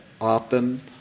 often